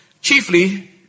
Chiefly